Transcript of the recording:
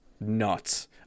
nuts